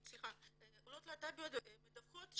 אני עובדת עם עולות להט"ביות ואני